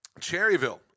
Cherryville